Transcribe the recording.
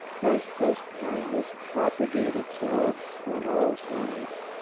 thus does kindness propagate itself on all sides.